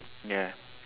ya